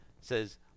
says